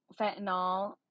fentanyl